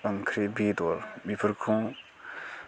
ओंख्रि बेदर बेफोरखौ